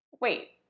Wait